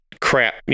crap